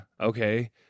okay